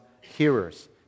hearers